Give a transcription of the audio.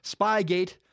Spygate